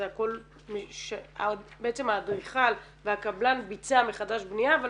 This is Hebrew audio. זה הכל בעצם האדריכל והקבלן ביצע מחדש בנייה אבל